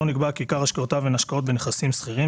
נקבע כי עיקר השקעותיו הן השקעות בנכסים סחירים,